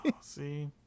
See